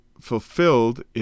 fulfilled